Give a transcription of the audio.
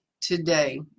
today